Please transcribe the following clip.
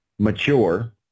mature